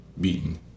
beaten